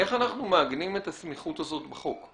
איך אנחנו מעגנים את הסמיכות הזאת בחוק?